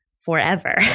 forever